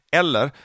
eller